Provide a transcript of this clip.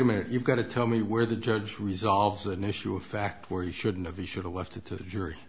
average you've got to tell me where the judge resolves an issue of fact where he shouldn't have the should of left it to the jury